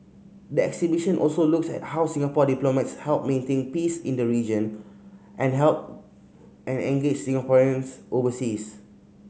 the exhibition also looks at how Singapore diplomats help maintain peace in the region and help and engage Singaporeans overseas